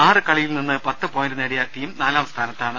ആറു കളിയിൽ നിന്ന് പത്ത് പോയിന്റ് നേടിയ ടീം നാലാം സ്ഥാനത്താണ്